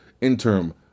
interim